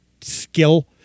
skill